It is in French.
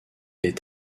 est